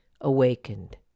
awakened